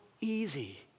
easy